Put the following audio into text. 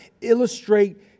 illustrate